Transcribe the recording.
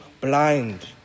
blind